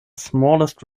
smallest